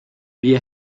beer